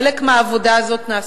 חלק מהעבודה הזאת נעשתה,